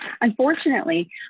Unfortunately